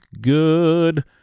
good